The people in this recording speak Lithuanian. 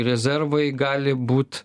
rezervai gali būt